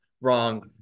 wrong